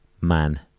Man